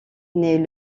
naît